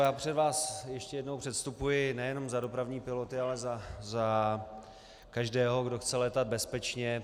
Já před vás ještě jednou předstupuji nejenom za dopravní piloty, ale za každého, kdo chce létat bezpečně.